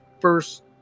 first